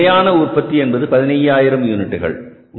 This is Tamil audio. அதாவது நிலையான உற்பத்தி என்பது 15000 யூனிட்டுகள்